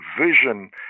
vision